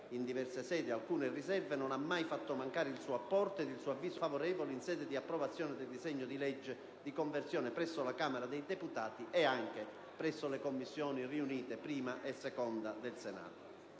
in diverse sedi le proprie riserve, non ha mai fatto mancare il suo apporto e il suo avviso favorevole in sede di approvazione del disegno di legge di conversione presso la Camera dei deputati e anche in sede di Commissioni riunite affari costituzionali